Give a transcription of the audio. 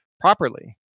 properly